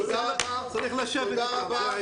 תודה רבה.